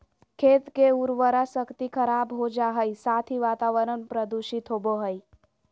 खेत के उर्वरा शक्ति खराब हो जा हइ, साथ ही वातावरण प्रदूषित होबो हइ